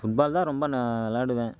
football தான் ரொம்ப நான் விளாடுவேன்